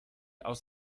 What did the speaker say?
aus